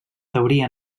teoria